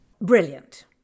Brilliant